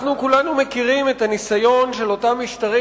אנחנו כולנו מכירים את הניסיון של אותם משטרים